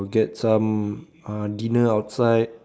get some um dinner outside